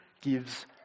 gives